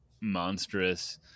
monstrous